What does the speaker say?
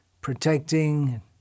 protecting